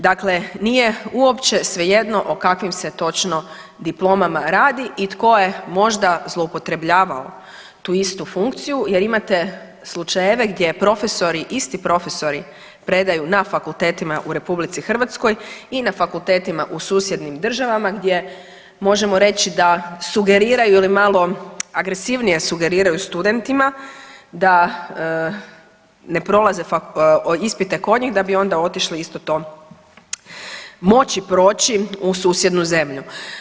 Dakle, nije uopće svejedno o kakvim se točno diplomama radi i tko je možda zloupotrebljavao tu istu funkciju jer imate slučajeve gdje profesori, isti profesori predaju na fakultetima u RH i na fakultetima u susjednim državama gdje možemo reći da sugeriraju ili malo agresivnije sugeriraju studentima da ne prolaze ispite kod njih da bi onda otišli isto to moći proći u susjednu zemlju.